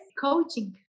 coaching